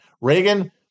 Reagan